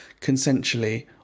consensually